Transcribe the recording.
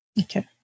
Okay